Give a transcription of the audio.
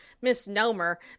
misnomer